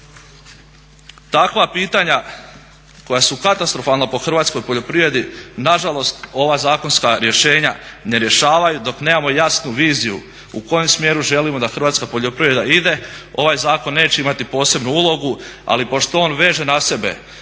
Takva pitanja koja su katastrofalna po hrvatskoj poljoprivredi na žalost ova zakonska rješenja ne rješavaju dok nemamo jasnu viziju u kojem smjeru želimo da hrvatska poljoprivreda ide ovaj zakon neće imati posebnu ulogu. Ali pošto on veže na sebe